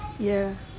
ya